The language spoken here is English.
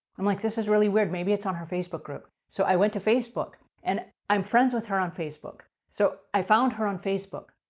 i'm like, this is really weird, maybe it's on her facebook group. so, i went to facebook, and i'm friends with her on facebook. so, i found her on facebook,